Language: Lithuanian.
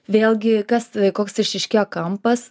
vėlgi kas koks išryškėjo kampas